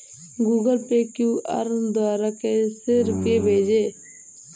Google Pay QR द्वारा कैसे रूपए भेजें?